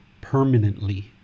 permanently